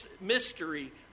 mystery